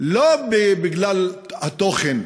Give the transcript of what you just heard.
לא בגלל התוכן,